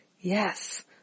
Yes